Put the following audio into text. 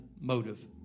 motive